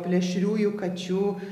plėšriųjų kačių